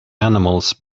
animals